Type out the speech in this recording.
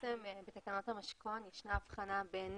בתקנות המשכון יש הבחנה בין